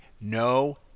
No